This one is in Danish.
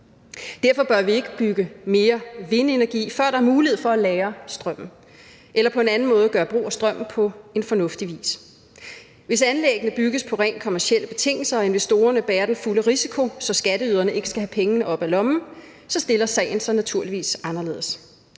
Derfor bør vi ikke bygge flere vindmøller, før der er mulighed for at lagre strømmen eller på en anden måde gøre brug af strømmen på en fornuftig vis. Hvis anlæggene bygges på rent kommercielle betingelser og investorerne bærer den fulde risiko, så skatteyderne ikke skal have penge op af lommen, så stiller sagen sig naturligvis anderledes.